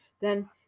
then-